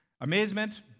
Amazement